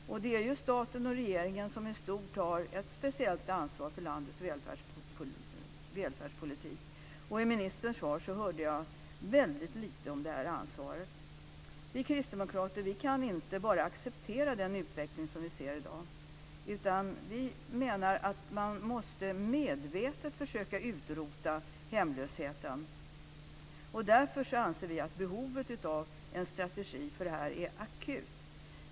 Det är staten och regeringen som i stort har ett speciellt ansvar för landets välfärdspolitik. I ministerns svar hörde jag väldigt lite om det ansvaret. Vi kristdemokrater kan inte acceptera den utveckling vi ser i dag. Vi menar att man måste medvetet försöka utrota hemlösheten. Därför anser vi att behovet av en strategi för hemslösheten är akut.